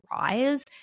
rise